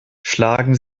schlagen